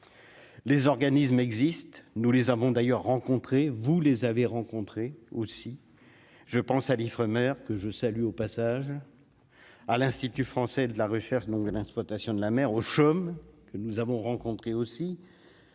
les organismes existent, nous les avons d'ailleurs rencontrer, vous les avez rencontrés aussi je pense à l'Ifremer, que je salue au passage à l'institut français de la recherche, donc l'implantation de la mer au CHUM que nous avons rencontré aussi